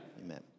Amen